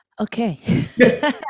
okay